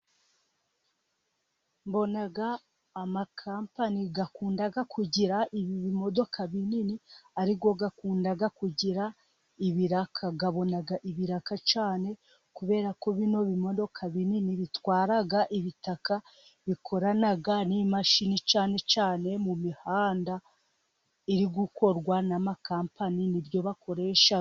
Mbona amakampani akunda kugira ibi bimodoka binini ari yo akunda kugira ibiraka, abona ibiraka cyane kubera ko bino bimodoka binini bitwara ibitaka, bikorana n'imashini cyane cyane mu mihanda iri gukorwa n'amakampani, ni yyo bakoresha.